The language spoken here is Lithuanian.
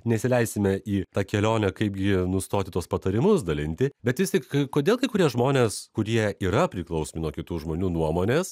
nesileisime į tą kelionę kaipgi nustoti tuos patarimus dalinti bet vis tik kodėl kai kurie žmonės kurie yra priklausomi nuo kitų žmonių nuomonės